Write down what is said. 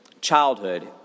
childhood